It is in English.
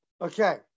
Okay